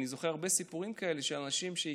אני זוכר הרבה סיפורים כאלה של אנשים שהכרתי,